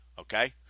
okay